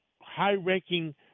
high-ranking